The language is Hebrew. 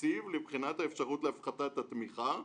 התקציב לבחינת האפשרות להפחתת התמיכה,